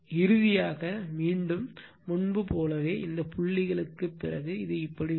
இறுதியாக மீண்டும் முன்பு போலவே இந்த புள்ளிக்குப் பிறகு இது இப்படி வரும்